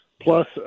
Plus